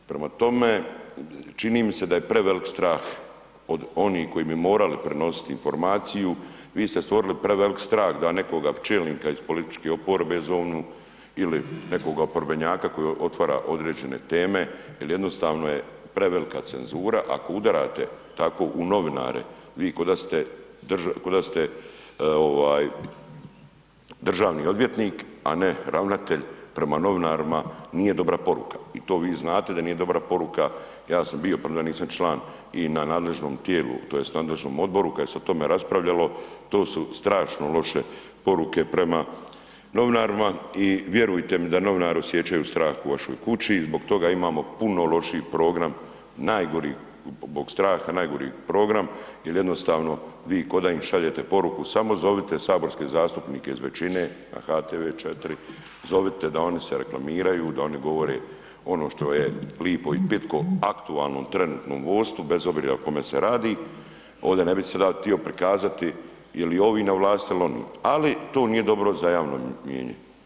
Prema tome, čini mi se da je prevelik strah od onih koji bi morali prenositi informaciju, vi ste stvorili prevelik strah da nekoga čelnika iz političke oporbe zovnu ili nekog oporbenjaka koji otvara određene teme jel jednostavno je prevelika cenzura, ako udarate tako u novinare, vi koda ste, koda ste ovaj državni odvjetnik, a ne ravnatelj, prema novinarima nije dobra poruka i to vi znate da nije dobra poruka, ja sam bio premda nisam član i na nadležnom tijelu tj. nadležnom odboru kad se je o tome raspravljali, to su strašno loše poruke prema novinarima i vjerujte mi da novinari osjećaju strah u vašoj kući i zbog toga imamo puno lošiji program, najgori, zbog straha najgori program jel jednostavno vi koda im šaljete poruku samo zovite saborske zastupnike iz većine na HTV 4, zovite da oni se reklamiraju, da oni govore ono što je lipo i pitko aktualnom trenutnom vodstvu bez obzira o kome se radi, ovdi ne bi sada tio prikazati je li ovi na vlasti il oni, ali to nije dobro za javno mijenje.